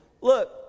Look